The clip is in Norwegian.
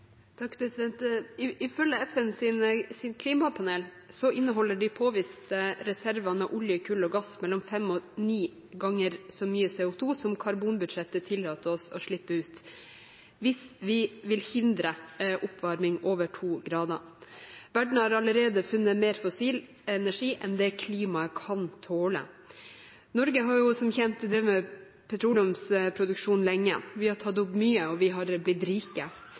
Ifølge FNs klimapanel inneholder de påviste reservene av olje, kull og gass mellom fem og ni ganger så mye CO2 som karbonbudsjettet tillater oss å slippe ut hvis vi vil hindre oppvarming over 2 grader. Verden har allerede funnet mer fossil energi enn det klimaet kan tåle. Norge har som kjent drevet med petroleumsproduksjon lenge. Vi har tatt opp mye, og vi har blitt rike.